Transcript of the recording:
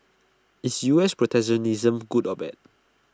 is U S protectionism good or bad